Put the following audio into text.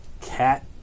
cat